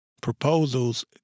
proposals